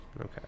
Okay